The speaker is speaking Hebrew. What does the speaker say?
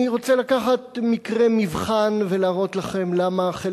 אני רוצה לנתח מקרה מבחן ולהראות לכם למה חלק